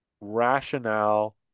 rationale